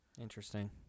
interesting